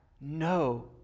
no